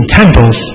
temples